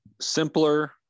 Simpler